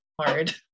hard